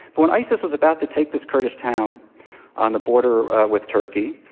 but when isis was about to take this kurdish town on the border with turkey,